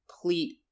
complete